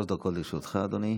בבקשה, שלוש דקות לרשותך, אדוני.